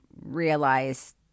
realize